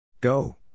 Go